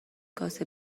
کاسه